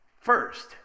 first